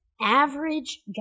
average